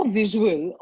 visual